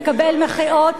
מקבל מחיאות,